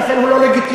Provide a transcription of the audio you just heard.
ולכן הוא לא לגיטימי.